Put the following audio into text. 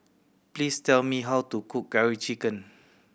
please tell me how to cook Curry Chicken